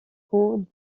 huit